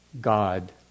God